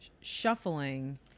shuffling